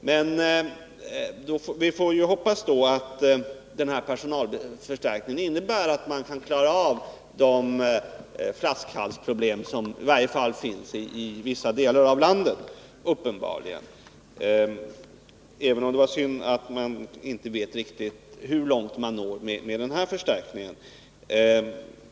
Men vi hoppas att personalförstärkningen kommer att innebära att det går att klara av de flaskhalsproblem som uppenbarligen finns i åtminstone vissa delar av landet. Det var emellertid synd att man inte riktigt vet hur långt man når med förstärkningen.